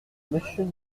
monsieur